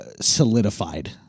solidified